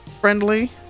friendly